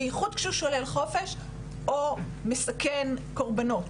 בייחוד כשהוא שולל חופש או מסכן קורבנות.